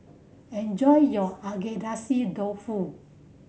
enjoy your Agedashi Dofu